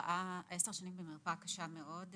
עשר שנים במרפאה קשה מאוד,